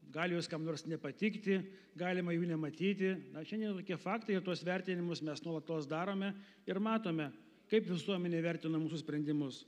gali jos kam nors nepatikti galima jų nematyti na šiandien tokie faktai ir tuos vertinimus mes nuolatos darome ir matome kaip visuomenė įvertino mūsų sprendimus